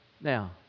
Now